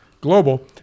global